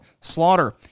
Slaughter